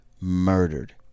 murdered